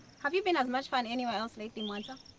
have you been as much fun anywhere else lately mwansa.